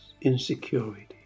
Insecurity